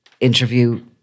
interview